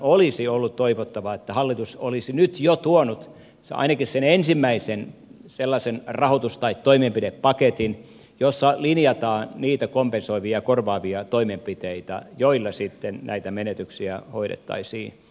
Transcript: olisi ollut toivottavaa että hallitus olisi nyt jo tuonut ainakin sen ensimmäisen sellaisen rahoitus tai toimenpidepaketin jossa linjataan niitä kompensoivia ja korvaavia toimenpiteitä joilla sitten näitä menetyksiä hoidettaisiin